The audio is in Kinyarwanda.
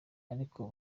ariko